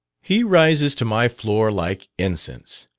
he rises to my floor like incense.